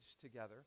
together